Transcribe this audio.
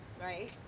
right